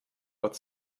but